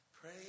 pray